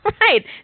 Right